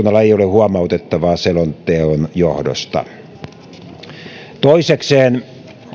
huomautettavaa selonteon johdosta toisekseen